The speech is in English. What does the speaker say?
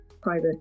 private